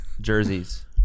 jerseys